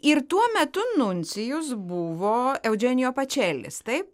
ir tuo metu nuncijus buvo eudženijo pačelis taip